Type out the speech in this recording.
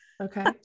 Okay